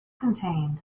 contained